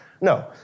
No